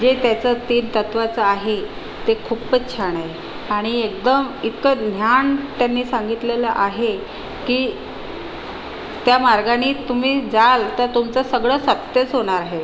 जे त्याच्यातील तत्त्वच आहे ते खूपच छान आहे आणि एकदम इतकं ज्ञान त्यांनी सांगितलेलं आहे की त्या मार्गानी तुम्ही जाल तर तुमचं सगळं सक्सेस होणार आहे